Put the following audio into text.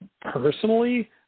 personally